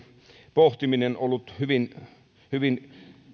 pohtiminen on ollut hyvin hyvin